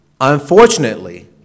Unfortunately